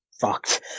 Fucked